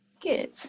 Good